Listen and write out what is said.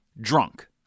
drunk